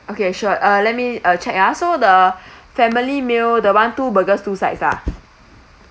okay sure uh let me uh check ah so the family meal the one two burgers two sides lah